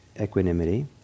equanimity